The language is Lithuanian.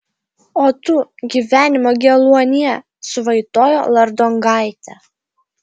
o tu gyvenimo geluonie suvaitojo lardongaitė